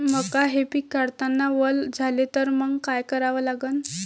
मका हे पिक काढतांना वल झाले तर मंग काय करावं लागन?